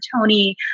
Tony